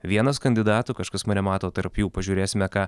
vienas kandidatų kažkas mane mato tarp jų pažiūrėsime ką